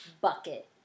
bucket